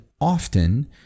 often